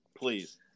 please